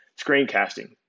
screencasting